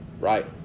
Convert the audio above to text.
right